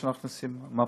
שם אנחנו עושים מהפכות.